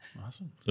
Awesome